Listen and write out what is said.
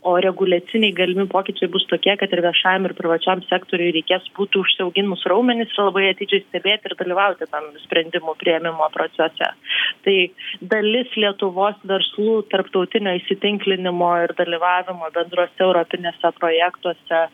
o reguliaciniai galimi pokyčiai bus tokie kad ir viešajam ir privačiam sektoriui reikės putų užsiauginus raumenis labai atidžiai stebėti ir dalyvauti sprendimų priėmimo procese tai dalis lietuvos verslų tarptautinę įsitinklinimo ir dalyvavimo bendruose europiniuose projektuose